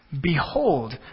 Behold